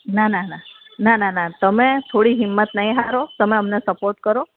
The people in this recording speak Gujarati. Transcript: ના ના ના ના ના ના તમે થોડી હિંમત નહીં હારો તમે અમને સપોર્ટ કરો